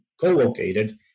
co-located